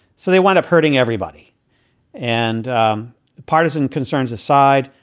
so they went up hurting everybody and partisan concerns aside.